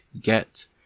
get